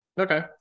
Okay